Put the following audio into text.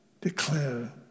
declare